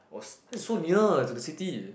was it's so near to the city